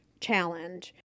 challenge